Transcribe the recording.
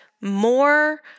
more